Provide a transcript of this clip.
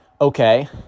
okay